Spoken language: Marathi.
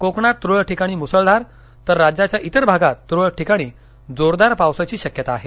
कोकणात तुरळक ठिकाणी मुसळधार तर राज्याच्या इतर भागात तुरळक ठिकाणी जोरदार पावसाची शक्यता आहे